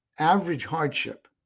average hardship,